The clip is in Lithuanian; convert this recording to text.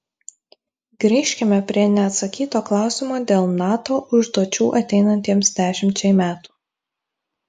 grįžkime prie neatsakyto klausimo dėl nato užduočių ateinantiems dešimčiai metų